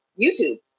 YouTube